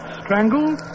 strangled